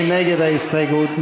מי נגד ההסתייגות?